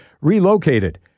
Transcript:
relocated